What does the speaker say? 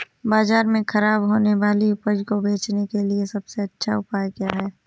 बाज़ार में खराब होने वाली उपज को बेचने के लिए सबसे अच्छा उपाय क्या हैं?